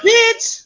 Bitch